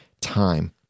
time